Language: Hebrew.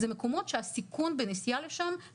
זה מקומות שהסיכון בנסיעה לשם,